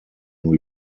new